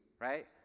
right